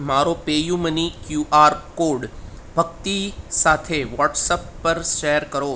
મારો PayUmoney QR code Bhakti સાથે WhatsApp પર શેર કરો